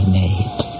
made